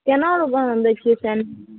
केना रूपामे दै छियै सेन